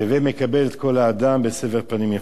והווי מקבל את כל האדם בסבר פנים יפות".